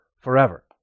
forever